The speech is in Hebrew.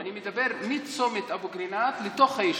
אני מדבר על מצומת אבו קרינאת לתוך היישוב.